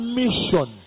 mission